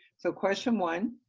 so question one,